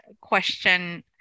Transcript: question